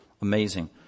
amazing